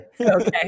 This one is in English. Okay